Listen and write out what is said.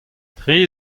tri